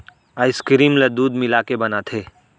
ice cream ल दूद मिलाके बनाथे